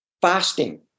fasting